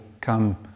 come